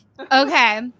Okay